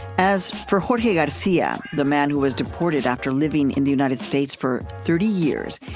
as for jorge garcia, the man who was deported after living in the united states for thirty years,